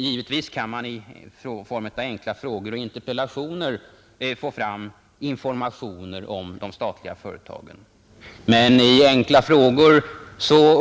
Givetvis kan man i form av enkla frågor och interpellationer få fram information om de statliga företagen. Men i frågedebatterna